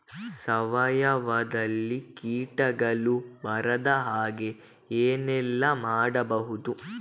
ಸಾವಯವದಲ್ಲಿ ಕೀಟಗಳು ಬರದ ಹಾಗೆ ಏನೆಲ್ಲ ಮಾಡಬಹುದು?